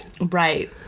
Right